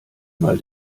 mal